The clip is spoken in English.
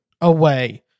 away